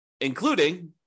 including